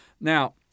Now